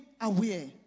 aware